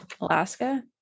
alaska